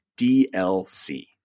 DLC